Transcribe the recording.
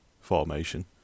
Formation